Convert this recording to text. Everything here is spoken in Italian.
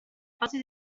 fase